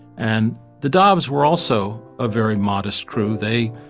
and the dobbs were also a very modest crew. they